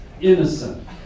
Innocent